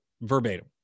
verbatim